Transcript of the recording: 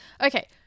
Okay